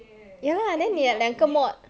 ya lah then 你拿两个 mod